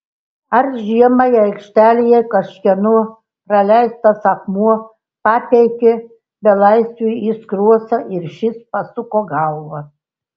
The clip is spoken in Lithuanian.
o žemai aikštėje kažkieno paleistas akmuo pataikė belaisviui į skruostą ir šis pasuko galvą